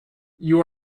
you